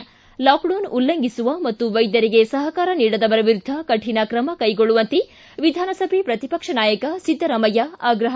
ಿ ಲಾಕ್ಡೌನ್ ಉಲ್ಲಂಘಿಸುವ ಮತ್ತು ವೈದ್ಯರಿಗೆ ಸಹಕಾರ ನೀಡದವರ ವಿರುದ್ಧ ಕಠಿಣ ಕ್ರಮ ಕೈಗೊಳ್ಳುವಂತೆ ವಿಧಾನಸಭೆ ಪ್ರತಿಪಕ್ಷ ನಾಯಕ ಸಿದ್ದರಾಮಯ್ಯ ಆಗ್ರಹ